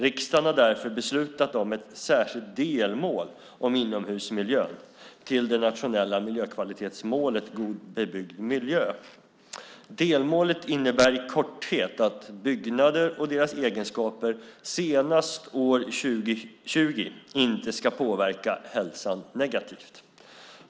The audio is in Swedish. Riksdagen har därför beslutat om ett särskilt delmål om inomhusmiljön till det nationella miljökvalitetsmålet God bebyggd miljö. Delmålet innebär i korthet att byggnader och deras egenskaper senast år 2020 inte ska påverka hälsan negativt.